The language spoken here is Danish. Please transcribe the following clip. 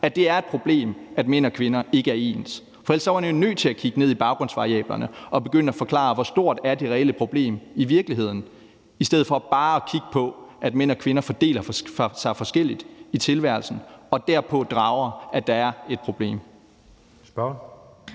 at det er et problem, at mænd og kvinder ikke er ens. For ellers var man jo nødt til at kigge ned i baggrundsvariablerne og begynde at forklare, hvor stort det reelle problem i virkeligheden er, i stedet for bare at kigge på, at mænd og kvinder fordeler sig forskelligt i tilværelsen, og derpå drage den konklusion, at der er et problem.